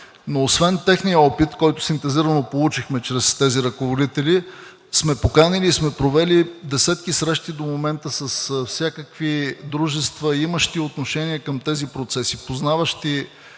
Освен техният опит обаче, който синтезирано получихме чрез тези ръководители, сме поканили и сме провели десетки срещи до момента с всякакви дружества, имащи отношение към тези процеси, познаващи